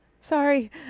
Sorry